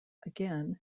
again